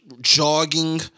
jogging